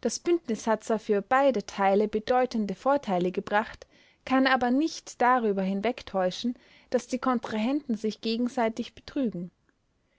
das bündnis hat zwar für beide teile bedeutende vorteile gebracht kann aber nicht darüber hinwegtäuschen daß die kontrahenten sich gegenseitig betrügen